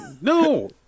No